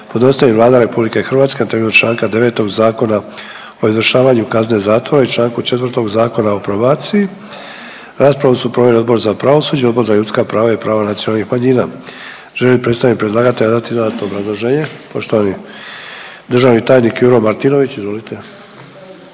Podnositelj je Vlada RH na temelju Članka 9. Zakona o izvršavanju kazne zatvora i Članku 4. Zakona o probaciji. Raspravu su proveli Odbor za pravosuđe, Odbor za ljudska prava i prava nacionalnih manjina. Želi li predstavnik predlagatelja dati dodatno obrazloženje? Poštovani državni tajnik Juro Martinović, izvolite.